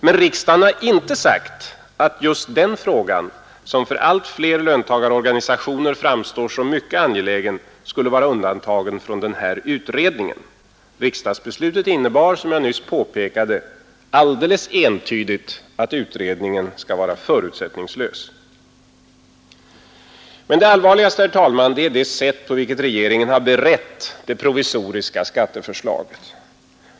Men riksdagen har inte sagt att just den frågan, som för allt fler löntagarorganisationer framstår som mycket angelägen, skulle vara undantagen från den här utredningen. Riksdagsbeslutet innebar, som jag nyss påpekade, alldeles entydigt att utredningen skall vara förutsättningslös. Men det allvarligaste, herr talman, är det sätt på vilket regeringen har berett det provisoriska skatteförslaget.